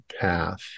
path